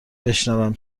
بشنوم